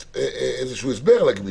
איזשהו הסבר לגמישות.